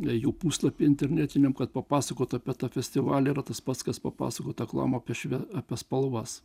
dviejų puslapių internetinių kad papasakotų apie tą festivalį yra tas pats kas papasakoti aklajam apie šved apie spalvas